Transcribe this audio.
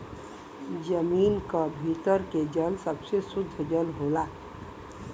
जमीन क भीतर के जल सबसे सुद्ध जल होला